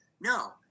No